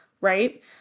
right